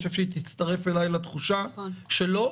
אני חושב שהיא תצטרף אלי -- נכון.